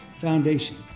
foundation